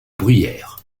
bruyères